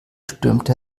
stürmte